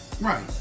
right